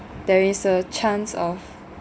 there is a chance of